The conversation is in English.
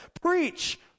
Preach